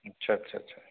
अच्छा अच्छा अच्छा